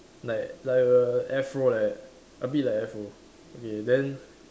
like like a Afro like that a bit like Afro okay then